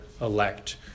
elect